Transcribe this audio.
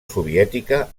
soviètica